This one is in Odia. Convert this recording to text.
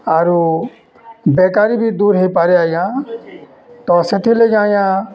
ଆରୁ ବେକାରୀ ବି ଦୂର୍ ହେଇପାରେ ଆଜ୍ଞା ତ ସେଥିର୍ ଲାଗି ଆଜ୍ଞା